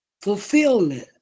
fulfillment